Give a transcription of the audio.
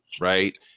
right